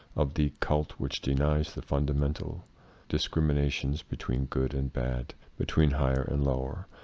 of the cult which denies the fundamental dis criminations between good and bad, between higher and lower,